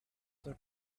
that